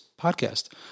podcast